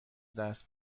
درس